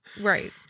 Right